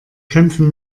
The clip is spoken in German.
kämpfen